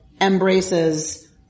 embraces